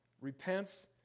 repents